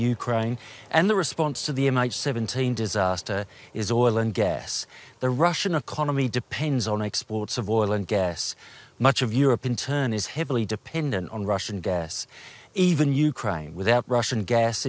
crying and the response to the united seventeen disaster is oil and gas the russian economy depends on exports of oil and gas much of europe in turn is heavily dependent on russian gas even you crying without russian gas